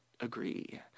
agree